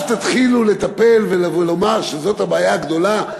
אז תתחילו לטפל ולומר שזאת הבעיה הגדולה,